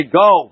go